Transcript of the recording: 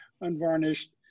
unvarnished